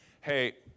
hey